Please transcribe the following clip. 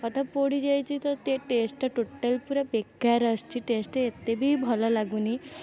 ଅଧା ପୋଡ଼ିଯାଇଛି ତ ଟେଷ୍ଟ୍ଟା ଟୋଟାଲି ପୂରା ବେକାର ଆସିଛି ଟେଷ୍ଟ୍ଟା ଏତେ ବି ଭଲ ଲାଗୁନି